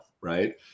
right